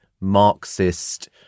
Marxist